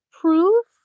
proof